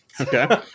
Okay